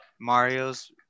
Mario's